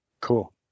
Cool